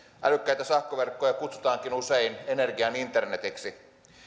älykkäitä sähköverkkoja kutsutaankin usein energian internetiksi